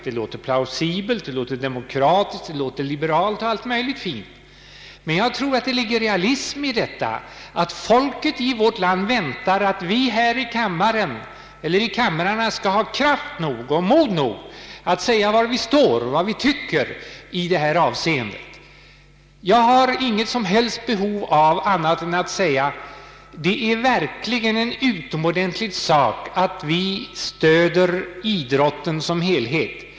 Det låter plausibelt, demokratiskt och liberalt och allt möjligt fint. Men jag tror att det ligger realism i detta att folket i vårt land väntar att vi här i riksdagen skall ha kraft och mod nog att säga var vi står och vad vi tycker i detta avseende. Jag har inget som helst behov av att säga något annat än att det verkligen är en utomordentlig sak att vi stöder idrotten i dess helhet.